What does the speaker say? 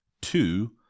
Two